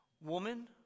woman